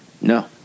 No